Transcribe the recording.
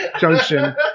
junction